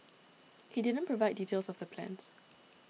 he didn't provide details of the plans